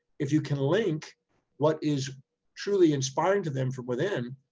if you can link what is truly inspiring to them from within,